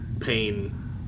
pain